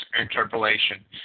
interpolation